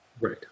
Right